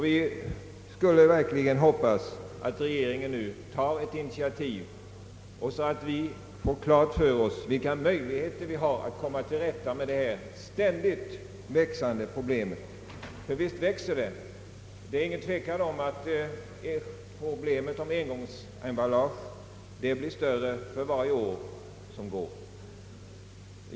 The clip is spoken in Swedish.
Jag hoppas verkligen att regeringen nu tar ett initiativ, så att vi får klarlagt vilka möjligheter vi har att komma till rätta med detta ständigt växande problem — ty visst växer det. Det är ingen tvekan om att problemet om engångsemballaget blir större för varje år som går.